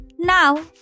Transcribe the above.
Now